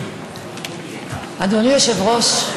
אדוני היושב-ראש,